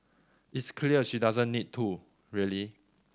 it's clear she doesn't need to really